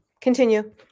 Continue